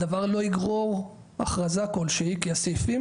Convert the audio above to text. הדבר לא יגרור הכרזה כלשהי כי הסעיפים